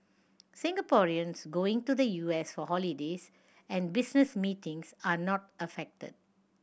Singaporeans going to the U S for holidays and business meetings are not affected